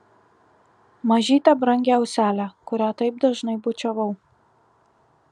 mažytę brangią auselę kurią taip dažnai bučiavau